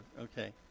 Okay